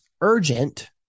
urgent